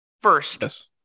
first